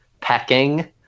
pecking